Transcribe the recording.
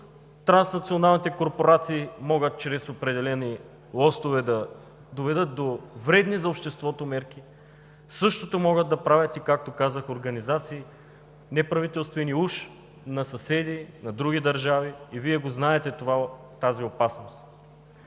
транснационалните корпорации могат чрез определени лостове да доведат до вредни за обществото мерки. Същото могат да правят, както казах, организации – неправителствени уж, на съседи, на други държави. Вие знаете за тази опасност.